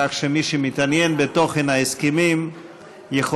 כך שמי שמתעניין בתוכן ההסכמים יכול